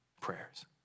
Prayers